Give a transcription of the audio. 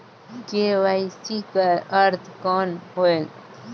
KYC कर अर्थ कौन होएल?